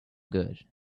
good